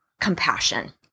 compassion